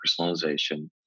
personalization